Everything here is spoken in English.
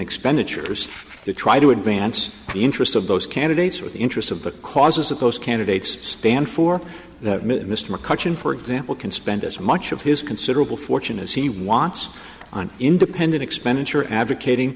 expenditures to try to advance the interest of those candidates or the interests of the causes of those candidates stand for that mr mccutcheon for example can spend as much of his considerable fortune as he wants on independent expenditure advocating